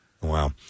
Wow